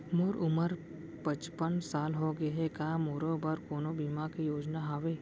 मोर उमर पचपन साल होगे हे, का मोरो बर कोनो बीमा के योजना हावे?